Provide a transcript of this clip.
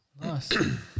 Nice